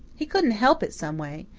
he couldn't help it someway.